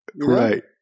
Right